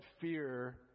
fear